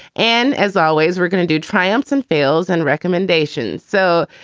and as always, we're going to do triumphs and fields and recommendations. so,